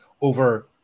over